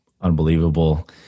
Unbelievable